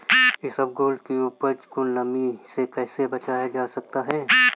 इसबगोल की उपज को नमी से कैसे बचाया जा सकता है?